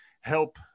help